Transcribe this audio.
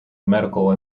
medical